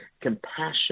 compassion